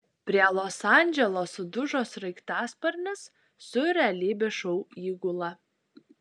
prie los andželo sudužo sraigtasparnis su realybės šou įgula